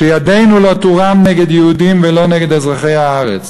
שידנו לא תורם נגד יהודים ולא נגד אזרחי הארץ.